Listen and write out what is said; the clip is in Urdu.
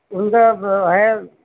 اُن کا وہ ہے